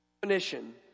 definition